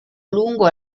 lungo